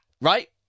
right